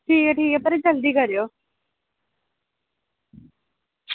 ठीक ऐ ठीक ऐ पर जल्दी करेओ